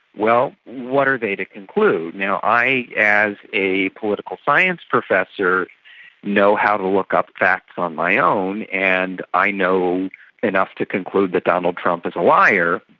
well, what are they to conclude? now, i as a political science professor know how to look up facts on my own and i know enough to conclude that donald trump is a liar,